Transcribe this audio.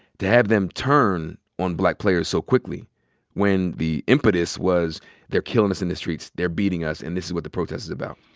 to have them turn on black players so quickly when the impetus was they're killin' us in the streets. they're beating us. and this is what the protest is about.